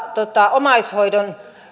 omaishoidon